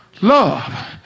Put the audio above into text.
love